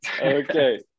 okay